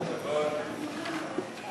ההצעה להעביר את הצעת חוק החברות (תיקון מס'